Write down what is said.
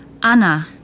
Anna